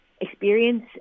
experience